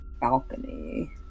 balcony